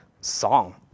song